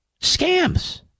Scams